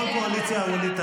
בואו נאמר כך.